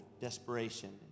desperation